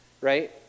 right